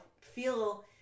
feel